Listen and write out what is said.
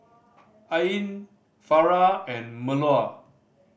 Ain Farah and Melur